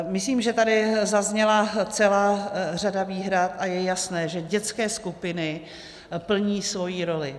Myslím, že tady zazněla celá řada výhrad, a je jasné, že dětské skupiny plní svoji roli.